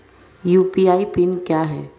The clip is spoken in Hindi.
यू.पी.आई पिन क्या है?